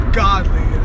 godly